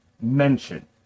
mention